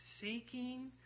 seeking